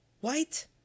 White